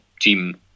team